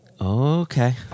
Okay